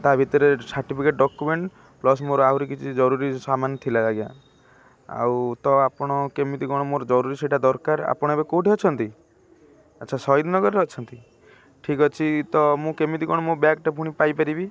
ତା'ଭିତରେ certificate document plus ମୋର ଆହୁରି କିଛି ଜରୁରୀ ସାମାନ ଥିଲା ଆଜ୍ଞା ଆଉ ତ ଆପଣ କେମିତି କ'ଣ ମୋର ଜରୁରୀ ସେଇଟା ଦରକାର ଆପଣ ଏବେ କେଉଁଠି ଅଛନ୍ତି ଆଚ୍ଛା ସହିଦ ନଗରରେ ଅଛନ୍ତି ଠିକ୍ ଅଛି ତ ମୁଁ କେମିତି କ'ଣ ମୋ ବ୍ୟାଗ୍ଟା ପୁଣି ପାଇପାରିବି